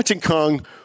Kong